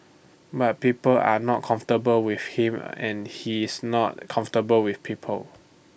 but people are not comfortable with him and he is not comfortable with people